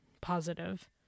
positive